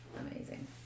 Amazing